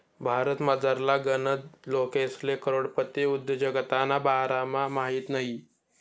भारतमझारला गनच लोकेसले करोडपती उद्योजकताना बारामा माहित नयी